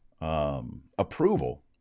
Approval